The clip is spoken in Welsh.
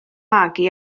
magu